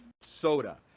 soda